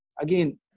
again